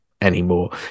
anymore